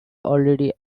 already